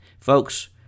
Folks